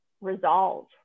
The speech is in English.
resolve